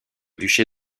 duché